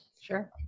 Sure